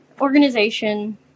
organization